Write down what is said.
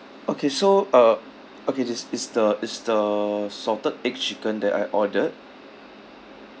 okay so uh okay this is the is the salted egg chicken that I ordered